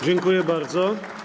Dziękuję bardzo.